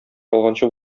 ялганчы